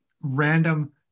random